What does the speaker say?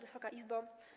Wysoka Izbo!